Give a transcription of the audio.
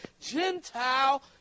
Gentile